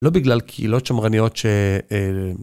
לא בגלל קהילות שמרניות ש...